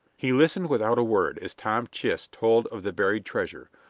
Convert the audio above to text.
he listened without a word as tom chist told of the buried treasure,